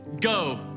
go